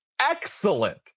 excellent